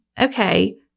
Okay